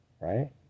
right